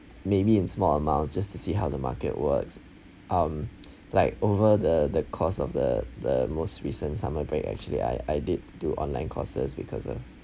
maybe in small amount just to see how the market works um like over the the course of the the most recent summer break actually I I did do online courses because of